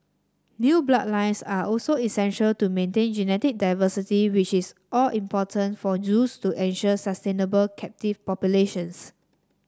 new bloodlines are also essential to maintain genetic diversity which is all important for zoos to ensure sustainable captive populations